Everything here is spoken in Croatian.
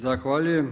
Zahvaljujem.